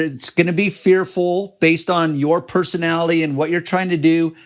it's gonna be fearful, based on your personality and what you're trying to do,